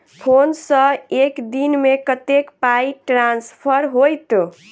Phone सँ एक दिनमे कतेक पाई ट्रान्सफर होइत?